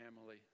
family